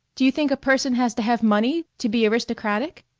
do you think a person has to have money to be aristocratic?